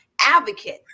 advocate